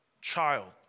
child